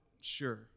sure